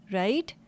right